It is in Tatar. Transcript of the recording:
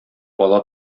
бала